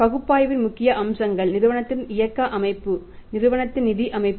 பகுப்பாய்வின் முக்கிய அம்சங்கள் நிறுவனத்தின் இயக்க அமைப்பு நிறுவனத்தின் நிதி அமைப்பு